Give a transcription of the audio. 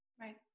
Right